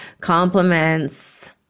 compliments